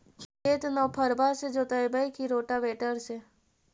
खेत नौफरबा से जोतइबै की रोटावेटर से?